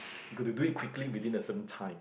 you got to do it quickly within a certain time